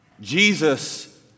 Jesus